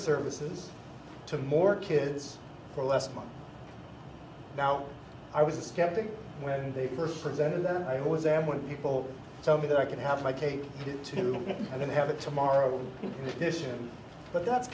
services to more kids for less money now i was a skeptic when they first presented them and i always am when people tell me that i can have my cake too if i don't have it tomorrow this year but that's